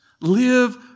Live